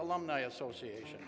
alumni association